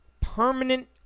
permanent